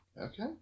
Okay